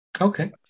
Okay